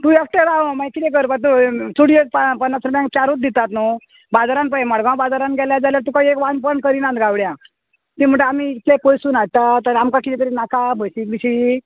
तूं एकटें राव मागीर कितें करपा तुवें चुडी एक पां पन्नास रुपयांक चारूच दितात न्हू बाजारान पय मडगांव बाजारान गेल्यार जाल्यार तुका एक वानपण करिनात गावड्यां ती म्हणटा आमी इतले पयसून हाडटा तर आमकां किदें तरी नाका बशीक बिशीक